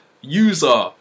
user